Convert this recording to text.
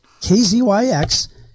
KZYX